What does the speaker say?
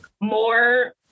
more